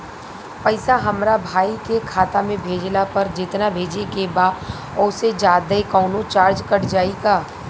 पैसा हमरा भाई के खाता मे भेजला पर जेतना भेजे के बा औसे जादे कौनोचार्ज कट जाई का?